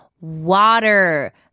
water